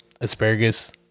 Asparagus